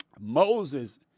Moses